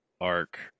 arc